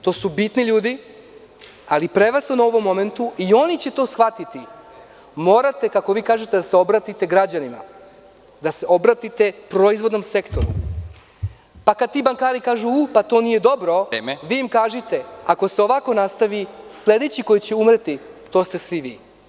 To su bitni ljudi, ali prevashodno u ovom momentu i oni će to shvatiti, morate, kako kažete, da se obratite građanima, proizvodnom sektoru, pa kada ti bankari kažu da nije dobro, vi im kažite – ako se ovako nastavi, sledeći koji će umreti ste svi vi.